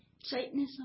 Satanism